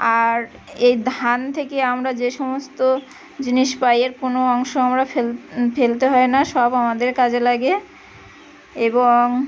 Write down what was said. আর এই ধান থেকে আমরা যে সমস্ত জিনিস পাই এর কোনও অংশ আমরা ফেল ফেলতে হয় না সব আমাদের কাজে লাগে এবং